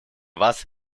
вас